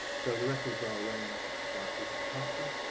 so the records are arranged by port of departure